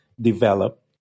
develop